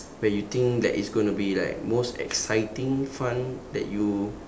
where you think that it's gonna be like most exciting fun that you